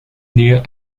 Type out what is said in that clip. near